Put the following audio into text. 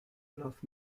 olaf